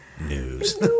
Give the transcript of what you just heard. news